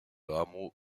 hameau